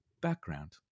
background